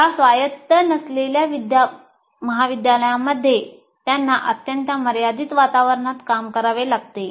या स्वायत्त नसलेल्या महाविद्यालयांमध्ये त्यांना अत्यंत मर्यादित वातावरणात काम करावे लागते